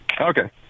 okay